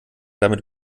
damit